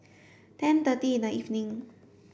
ten thirty in the evening